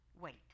Wait